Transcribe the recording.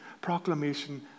proclamation